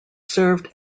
served